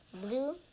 blue